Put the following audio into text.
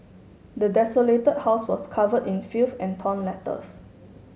the desolated house was covered in filth and torn letters